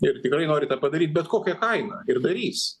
ir tikrai nori tą padaryt bet kokia kaina ir darys